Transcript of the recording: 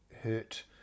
hurt